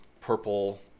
purple